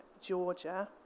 Georgia